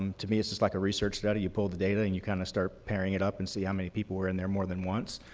um to me it's just like a research study, you pull the data and you kind of start pairing it up and see how many people were in there more than one.